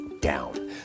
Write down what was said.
down